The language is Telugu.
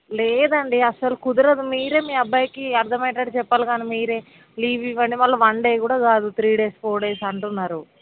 లేదండి అస్సలు కుదరదు మీరే మీ అబ్బాయికి అర్ధమ్మయ్యేటట్టు చెప్పాలి కానీ మీరే లీవ్ ఇవ్వండి మళ్ళీ వన్ డే కూడా కాదు త్రీ డేస్ ఫోర్ డేస్ అంటున్నారు